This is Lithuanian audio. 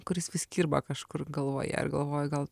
kuris vis kirba kažkur galvoje ir galvoju gal